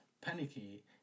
panicky